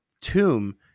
tomb